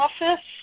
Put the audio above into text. office